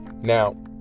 now